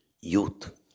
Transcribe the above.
youth